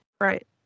right